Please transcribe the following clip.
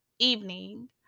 evening